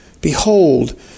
behold